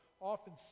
often